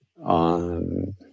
on